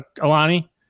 Alani